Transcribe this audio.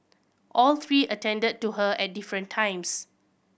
all three attended to her at different times